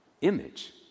image